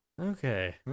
okay